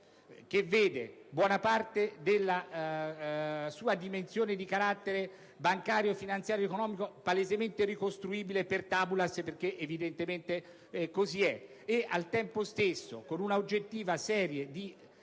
che vede buona parte della sua dimensione di carattere bancario, finanziario ed economico palesemente ricostruibile *per tabulas* - perché evidentemente così è - e al tempo stesso con un'oggettiva serie di